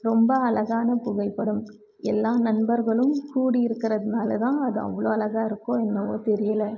ரொம்ப அழகான புகைப்படம் எல்லா நண்பர்களும் கூடி இருக்குறதுனால் தான் அது அவ்வளோ அழகாக இருக்கோ என்னவோ தெரியலை